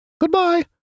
Goodbye